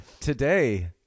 today